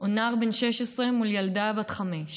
או נער בן 16 מול ילדה בת חמש,